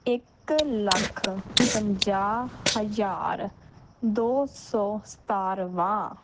ਇੱਕ ਲੱਖ ਪੰਜਾਹ ਹਜ਼ਾਰ ਦੋ ਸੌ ਸਤਾਰਾਂ